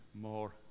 more